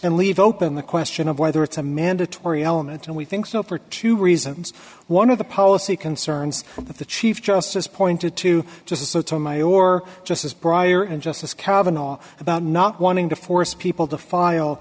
and leave open the question of whether it's a mandatory element and we think so for two reasons one of the policy concerns that the chief justice pointed to just as sotomayor just as prior and justice kavanagh about not wanting to force people to file